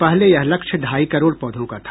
पहले यह लक्ष्य ढ़ाई करोड़ पौधों का था